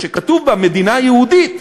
שכתוב בה "מדינה יהודית",